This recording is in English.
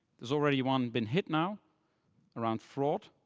there's already one been hit now around fraud.